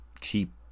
cheap